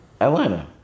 Atlanta